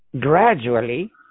gradually